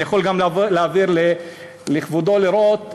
אני יכול גם להעביר לכבודו לראות,